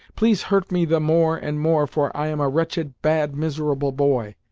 please hurt me the more and more, for i am a wretched, bad, miserable boy!